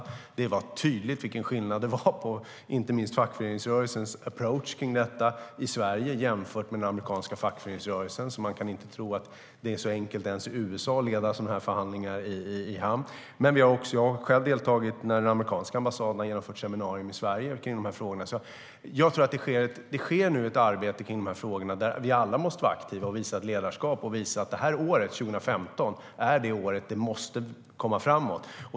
Det var tydligt vilken skillnad det var på fackföreningsrörelsens approach på detta i Sverige jämfört med den amerikanska fackföreningsrörelsen. Man kan inte tro att det ens i USA är så enkelt att få sådana här förhandlingar i hamn. Jag har också själv deltagit när den amerikanska ambassaden har genomfört seminarier i Sverige i de här frågorna. Det sker nu ett arbete i de här frågorna där vi alla måste vara aktiva och visa ett ledarskap och visa att det här året - 2015 - är det år då vi måste komma framåt.